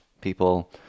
People